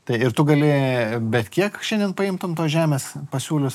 tai ir tu gali bet kiek šiandien paimtum tos žemės pasiūlius